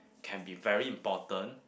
can be very important